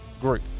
group